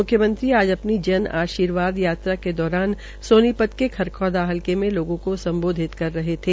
मुख्यमंत्री आज अपनी जन आर्शीवाद यात्रा के दौरान सोनीपत के खरखौदा हलके में लोगों को सम्बोधित कर रहे थे